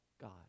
God